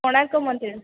କୋଣାର୍କ ମନ୍ଦିର